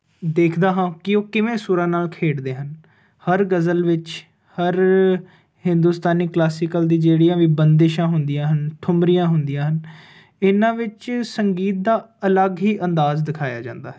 ਦੇਖਦਾ ਹਾਂ ਕਿ ਉਹ ਕਿਵੇਂ ਸੁਰਾਂ ਨਾਲ ਖੇਡਦੇ ਹਨ ਹਰ ਗਜ਼ਲ ਵਿੱਚ ਹਰ ਹਿੰਦੁਸਤਾਨੀ ਕਲਾਸੀਕਲ ਦੀ ਜਿਹੜੀਆਂ ਵੀ ਬੰਦਿਸ਼ਾਂ ਹੁੰਦੀਆਂ ਹਨ ਠੁੰਬਰੀਆਂ ਹੁੰਦੀਆਂ ਹਨ ਇਹਨਾਂ ਵਿੱਚ ਸੰਗੀਤ ਦਾ ਅਲੱਗ ਹੀ ਅੰਦਾਜ਼ ਦਿਖਾਇਆ ਜਾਂਦਾ ਹੈ